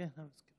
כן.